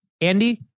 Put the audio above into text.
Andy